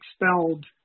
expelled